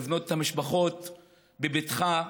לבנות את המשפחות בבטחה,